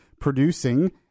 producing